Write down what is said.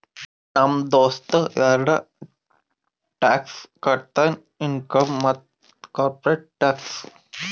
ನಮ್ ದೋಸ್ತ ಎರಡ ಟ್ಯಾಕ್ಸ್ ಕಟ್ತಾನ್ ಇನ್ಕಮ್ ಮತ್ತ ಕಾರ್ಪೊರೇಟ್ ಟ್ಯಾಕ್ಸ್